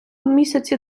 місяці